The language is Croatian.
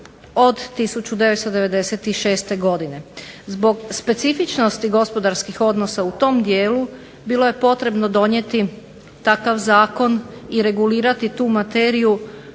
od 1996. Godine. Zbog specifičnosti gospodarskih odnosa u tom dijelu bilo je potrebno donijeti takav zakon i regulirati tu materiju